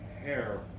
hair